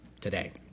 today